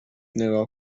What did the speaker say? نگاه